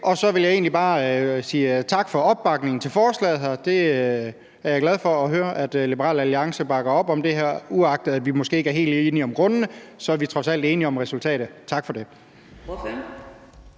og så vil jeg egentlig bare sige tak for opbakningen til forslaget her. Jeg er glad for at høre, at Liberal Alliance bakker op om det her. Uagtet at vi måske ikke er helt enige om grundene, så er vi trods alt enige om resultatet. Tak for det.